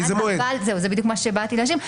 זה בדיוק מה שרציתי להשלים.